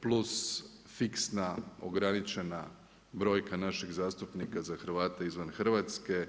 plus fiksna, ograničena brojka našeg zastupnika za Hrvate izvan Hrvatske.